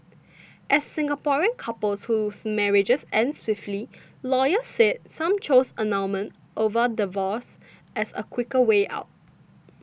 as Singaporean couples whose marriages end swiftly lawyers said some choose annulment over divorce as a quicker way out